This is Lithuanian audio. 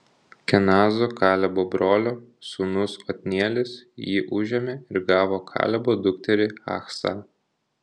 kenazo kalebo brolio sūnus otnielis jį užėmė ir gavo kalebo dukterį achsą